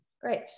great